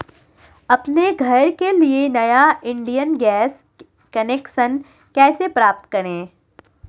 अपने घर के लिए नया इंडियन गैस कनेक्शन कैसे प्राप्त करें?